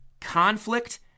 conflict